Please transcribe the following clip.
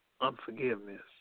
unforgiveness